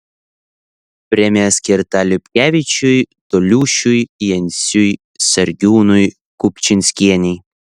premija skirta liupkevičiui toliušiui jenciui sargiūnui kupčinskienei